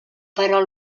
però